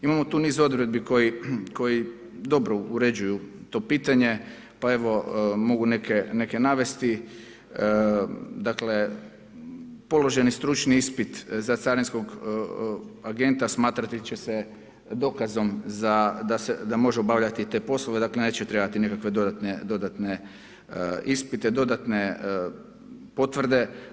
Imamo tu niz odredbi koji dobro uređuju to pitanje, pa evo mogu neke navesti, dakle, položeni stručni ispit za carinskog agenta, smatrati će se dokazom da može obavljati te poslove, dakle, neće trebati nikakve dodatne ispite, dodatne potvrde.